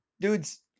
Dude's